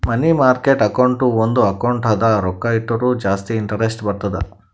ಮನಿ market account ಒಂದ್ account ಅದ ರೊಕ್ಕಾ ಇಟ್ಟುರ ಜಾಸ್ತಿ ಇಂಟರೆಸ್ಟ್ ಬರ್ತುದ್